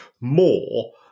more